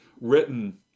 written